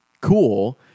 cool